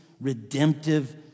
redemptive